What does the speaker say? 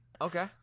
Okay